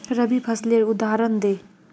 रवि फसलेर उदहारण दे?